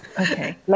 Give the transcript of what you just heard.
Okay